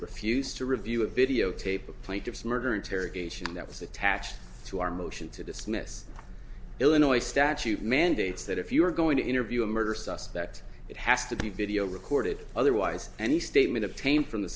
refused to review a videotape of plaintiff's murder interrogation that was attached to our motion to dismiss illinois statute mandates that if you are going to interview a murder suspect it has to be video recorded otherwise any statement obtained from the